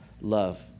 love